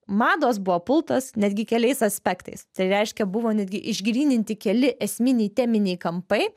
mados buvo pultos netgi keliais aspektais tai reiškia buvo netgi išgryninti keli esminiai teminiai kampai